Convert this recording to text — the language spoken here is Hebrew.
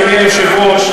אדוני היושב-ראש,